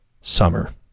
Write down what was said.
summer